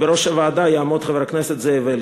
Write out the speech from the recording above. ובראש הוועדה יעמוד חבר הכנסת זאב אלקין.